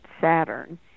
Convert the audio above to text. Saturn